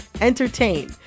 entertain